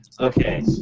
Okay